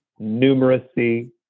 numeracy